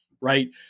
right